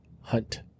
Hunt